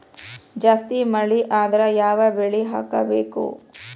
ಜಾಸ್ತಿ ಮಳಿ ಆದ್ರ ಯಾವ ಬೆಳಿ ಹಾಕಬೇಕು?